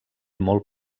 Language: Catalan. molt